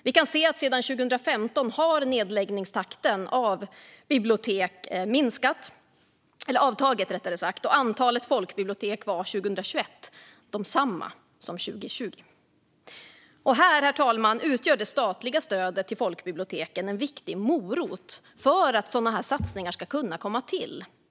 Vi kan se att sedan 2015 har nedläggningstakten när det gäller bibliotek avtagit, och antalet folkbibliotek var år 2021 detsamma som det var år 2020. Det statliga stödet till folkbiblioteken utgör en viktig morot för att sådana här satsningar ska kunna komma till, herr talman.